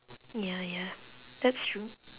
ya ya that's true